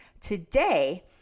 Today